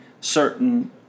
certain